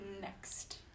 next